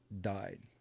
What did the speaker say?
died